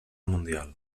mundial